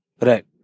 Right